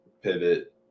pivot